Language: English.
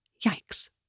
Yikes